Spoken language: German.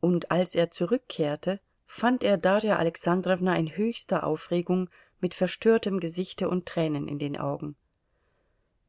und als er zurückkehrte fand er darja alexandrowna in höchster aufregung mit verstörtem gesichte und tränen in den augen